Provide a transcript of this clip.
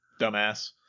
dumbass